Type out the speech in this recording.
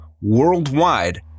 worldwide